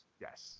Yes